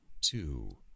two